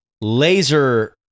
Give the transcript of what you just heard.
Laser